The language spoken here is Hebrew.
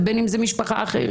ובין אם זה משפחה אחרת,